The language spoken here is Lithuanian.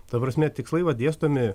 ta prasme tikslai va dėstomi